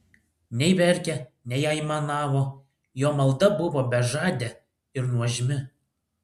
nei verkė nei aimanavo jo malda buvo bežadė ir nuožmi